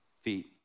feet